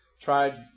tried